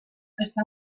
està